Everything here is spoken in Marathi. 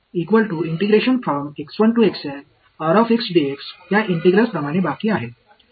तर मी या इंटिग्रल्स प्रमाणे बाकी आहे